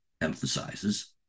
emphasizes